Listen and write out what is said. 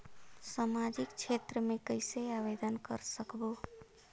समाजिक क्षेत्र मे कइसे आवेदन कर सकबो?